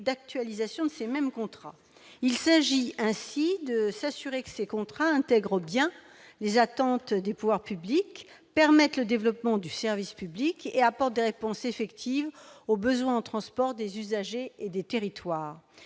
d'actualisation de ces mêmes contrats. Nous souhaitons ainsi nous assurer que ces contrats intègrent bien les attentes des pouvoirs publics, permettent le développement du service public et apportent des réponses effectives aux besoins en transport des usagers et des territoires.